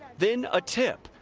then, a tip.